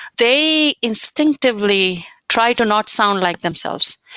they instinctively try to not sound like themselves.